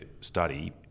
study